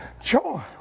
Joy